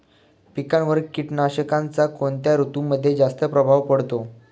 पिकांवर कीटकनाशकांचा कोणत्या ऋतूमध्ये जास्त प्रभाव पडतो?